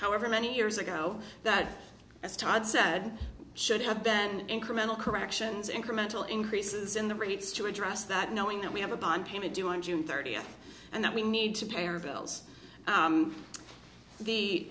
however many years ago that that's todd said should have then incremental corrections incremental increases in the rates to address that knowing that we have a bond payment due on june thirtieth and that we need to pay our bills the the